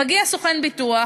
מגיע סוכן ביטוח,